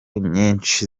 nyinshi